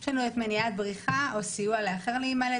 יש לנו את מניעת בריחה או סיוע לאחר להימלט,